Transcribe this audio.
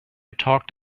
talked